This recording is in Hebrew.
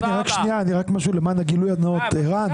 אני רוצה להגיד משהו למען הנאות: ערן,